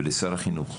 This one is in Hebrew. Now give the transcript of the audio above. ולשר החינוך,